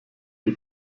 die